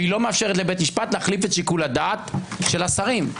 והיא לא מאפשרת לבית משפט להחליף את שיקול הדעת של השרים.